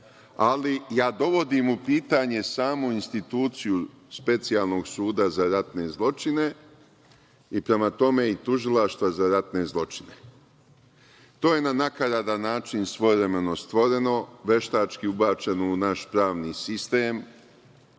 ja dovodim u pitanje samu instituciju Specijalnog suda za ratne zločine i prema tome i Tužilaštva za ratne zločine. To je na nakaradan način svojevremeno stvoreno, veštački ubačeno u naš pravni sistem,